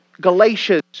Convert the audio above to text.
Galatians